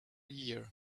year